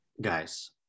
guys